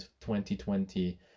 2020